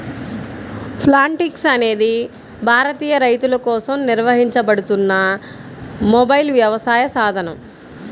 Plantix అనేది భారతీయ రైతులకోసం నిర్వహించబడుతున్న మొబైల్ వ్యవసాయ సాధనం